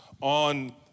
on